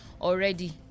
already